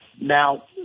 Now